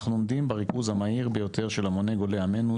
אנחנו עומדים בריכוז המהיר ביותר של גולי עמנו,